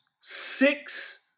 six